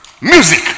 music